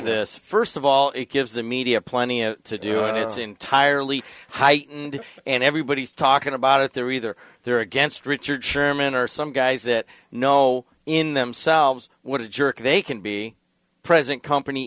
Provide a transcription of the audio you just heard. this first of all it gives the media plenty to do and it's entirely heightened and everybody's talking about it they're either they're against richard sherman or some guys that know in themselves what a jerk they can be present company